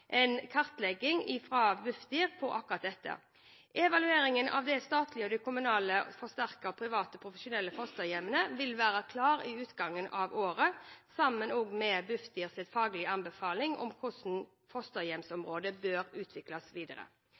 en kartlegging av akkurat dette fra Bufdir. Evalueringen av de statlige, de kommunalt forsterkede og de private profesjonelle fosterhjemmene vil være klar ved utgangen av året, sammen med Bufdirs faglige anbefaling om hvordan fosterhjemsområdet bør utvikles videre.